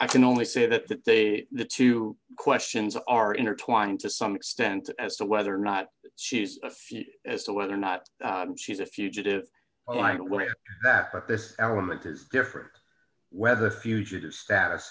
i can only say that that they the two questions are intertwined to some extent as to whether or not she's a few as to whether or not she's a fugitive oh i don't want that but this element is different whether fugitive status